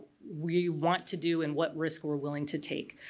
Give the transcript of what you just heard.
we want to do and what risk were willing to take.